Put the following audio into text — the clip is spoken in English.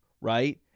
right